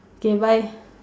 K bye